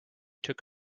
took